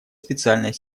специальной